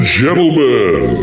gentlemen